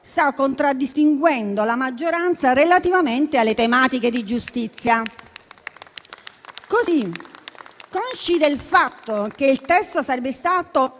sta contraddistinguendo la maggioranza relativamente alle tematiche della giustizia. Consci del fatto che il testo sarebbe stato